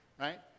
right